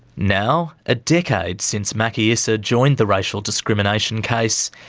now, a decade since maki issa joined the racial discrimination case,